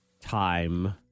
time